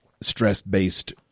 stress-based